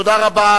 תודה רבה.